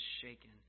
shaken